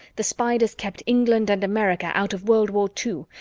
the spiders kept england and america out of world war two,